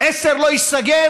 10 לא ייסגר,